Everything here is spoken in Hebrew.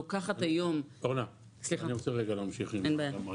לוקחת היום- -- אורנה אני רוצה להמשיך עם המערכת.